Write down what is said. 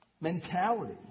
mentality